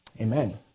Amen